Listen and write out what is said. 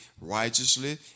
righteously